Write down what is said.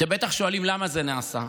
אתם בטח שואלים למה זה נעשה.